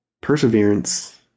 perseverance